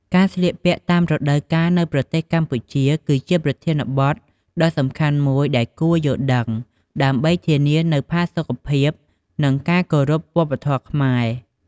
ការស្លៀកពាក់តាមរដូវកាលនៅប្រទេសកម្ពុជាគឺជាប្រធានបទដ៏សំខាន់មួយដែលគួរយល់ដឹង ដើម្បីធានានូវផាសុខភាព និងការគោរពវប្បធម៌ខ្មែរ។